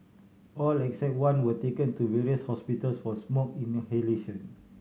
all except one were taken to various hospitals for smoke inhalation